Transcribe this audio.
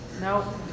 No